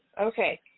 Okay